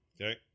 okay